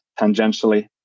tangentially